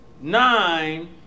nine